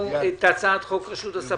מי בעד סעיף 5, כנוסח הוועדה?